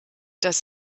dass